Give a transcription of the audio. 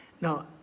no